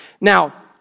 Now